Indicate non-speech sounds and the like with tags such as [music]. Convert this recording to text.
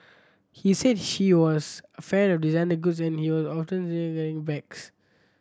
he said he was a fan of designer goods and [unintelligible] bags